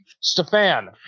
stefan